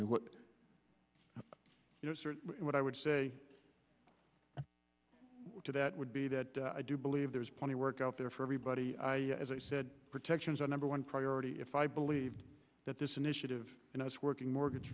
know what i would say to that would be that i do believe there is plenty work out there for everybody i as i said protections our number one priority if i believed that this initiative and i was working mortgage